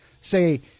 say